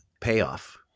payoff